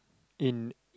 in